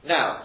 Now